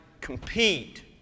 compete